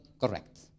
correct